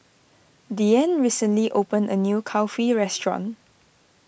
Deeann recently opened a new Kulfi restaurant